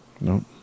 no